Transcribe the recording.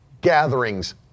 gatherings